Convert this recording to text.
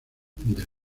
del